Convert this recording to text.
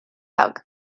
hug